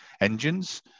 engines